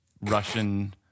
Russian